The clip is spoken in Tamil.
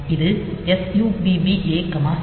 இது SUBB A 0x4F